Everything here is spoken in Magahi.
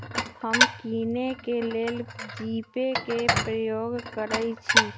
हम किने के लेल जीपे कें प्रयोग करइ छी